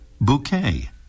bouquet